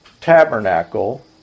tabernacle